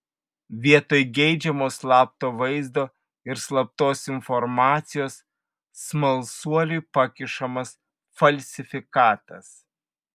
vietoj geidžiamo slapto vaizdo ir slaptos informacijos smalsuoliui pakišamas falsifikatas